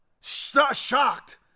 Shocked